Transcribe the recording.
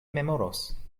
memoros